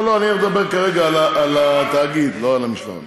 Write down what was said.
לא, לא, אני מדבר כרגע על התאגיד, לא על המשלחת.